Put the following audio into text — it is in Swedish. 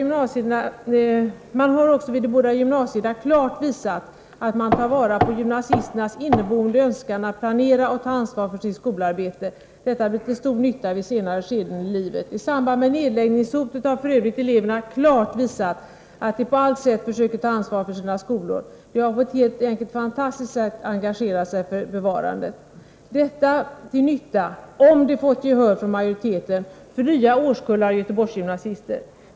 Man har också vid de båda gymnasierna klart visat, att man tar vara på gymnasisternas inneboende önskan att planera och ta ansvar för sitt skolarbete. Detta blir till stor nytta vid senare skeden i livet. I samband med nedläggningshotet har f. ö. eleverna klart visat att de på allt sätt försöker ta ansvar för sina skolor. De har på ett helt enkelt fantastiskt sätt engagerat sig för bevarande. Detta till nytta, om de fått gehör från majoriteten, för nya årskullar Göteborgsgymnasister.